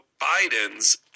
Biden's